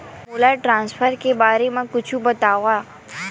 मोला ट्रान्सफर के बारे मा कुछु बतावव?